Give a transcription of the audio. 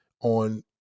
on